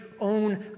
own